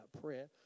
prayer